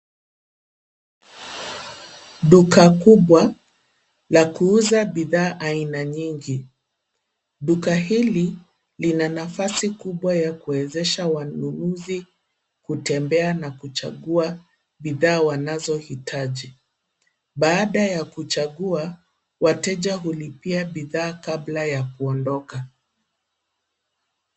Duka kubwa la kuuza bidhaa aina nyingi. Duka hili lina nafasi kubwa ya kuwezesha wanunuzi kutembea na kuchagua bidhaa wanazohitaji, baada ya kuchagua wateja hulipia bidhaa kabla ya kuondoka.